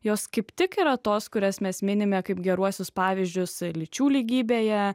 jos kaip tik yra tos kurias mes minime kaip geruosius pavyzdžius lyčių lygybėje